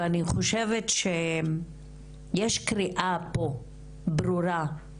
ואני חושבת שיש קריאה ברורה פה,